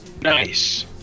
nice